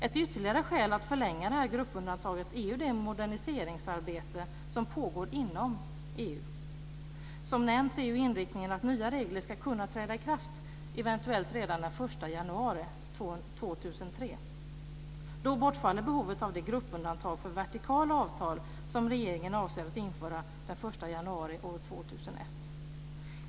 Ett ytterligare skäl att förlänga det här gruppundantaget är det moderniseringsarbete som pågår inom EU. Som nämnts är ju inriktningen att nya regler ska kunna träda i kraft eventuellt redan den 1 januari 2003. Då bortfaller behovet av det gruppundantag för vertikala avtal som regeringen avser att införa den 1 januari 2001.